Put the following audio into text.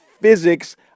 physics